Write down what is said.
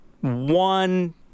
one